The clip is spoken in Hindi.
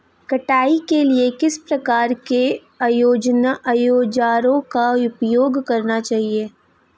कटाई के लिए किस प्रकार के औज़ारों का उपयोग करना चाहिए?